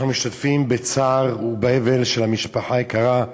אנחנו משתתפים בצער ובאבל של המשפחה היקרה,